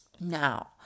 Now